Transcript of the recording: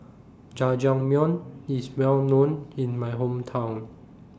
Jajangmyeon IS Well known in My Hometown